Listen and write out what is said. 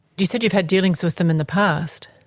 you said you've had dealings with them in the past.